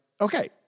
okay